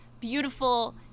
beautiful